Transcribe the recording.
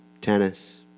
tennis